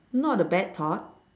not a bad thought